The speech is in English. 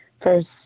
first